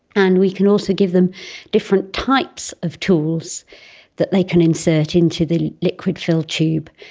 and we can also give them different types of tools that they can insert into the liquid filled tube.